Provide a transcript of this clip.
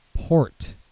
Port